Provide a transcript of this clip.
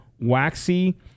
waxy